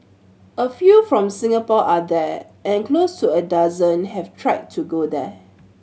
a few from Singapore are there and close to a dozen have tried to go there